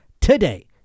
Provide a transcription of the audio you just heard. today